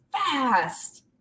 fast